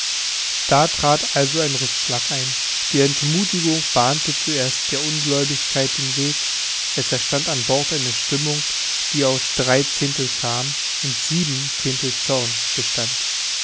da trat also ein rückschlag ein die entmuthigung bahnte zuerst der ungläubigkeit den weg es entstand an bord eine stimmung die aus drei zehntel scham und sieben zehntel zorn bestand